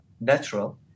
natural